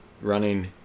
Running